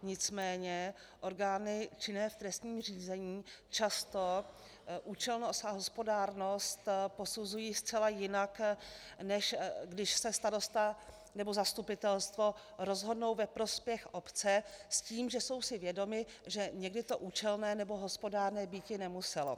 Nicméně orgány činné v trestním řízení často účelnost a hospodárnost posuzují zcela jinak, než když se starosta nebo zastupitelstvo rozhodnou ve prospěch obce s tím, že jsou si vědomi, že někdy to účelné nebo hospodárné býti nemuselo.